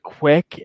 quick